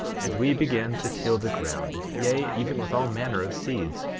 and we began to till the ground, yea, even with all manner of seeds,